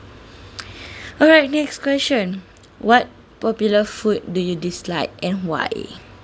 alright next question what popular food do you dislike and why